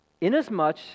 Inasmuch